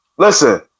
Listen